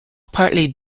partly